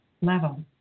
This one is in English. level